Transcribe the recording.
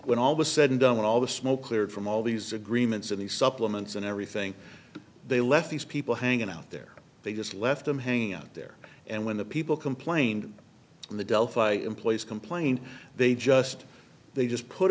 when all was said and done all the smoke cleared from all these agreements in these supplements and everything they left these people hanging out there they just left them hanging out there and when the people complained and the delphi employees complained they just they just put